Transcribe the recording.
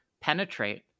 penetrate